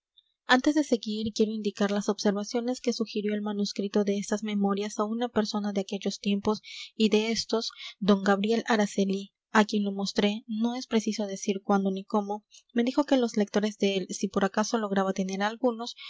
antes de seguir quiero indicar las observaciones que sugirió el manuscrito de estas memorias a una persona de aquellos tiempos y de estos d gabriel araceli a quien lo mostré no es preciso decir cuándo ni cómo me dijo que los lectores de él si por acaso lograba tener algunos